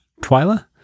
Twyla